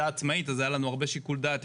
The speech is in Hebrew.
עצמאית אז היה לנו הרבה שיקול דעת.